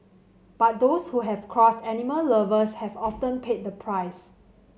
but those who have crossed animal lovers have often paid the price